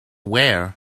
wear